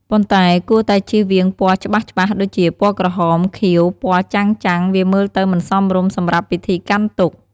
ប៉ុន្តែគួរតែជៀសវាងពណ៌ច្បាស់ៗដូចជាពណ៌ក្រហម ខៀវ ពណ៍ចាំងៗ វាមើលទៅមិនសមរម្យសម្រាប់ពិធីកាន់ទុក្ខ។